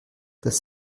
das